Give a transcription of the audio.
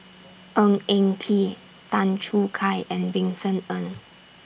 Ng Eng Kee Tan Choo Kai and Vincent Ng